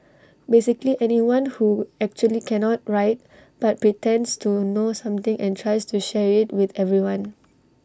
basically anyone who actually cannot write but pretends to know something and tries to share IT with everyone